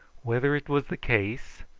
whether it was the case,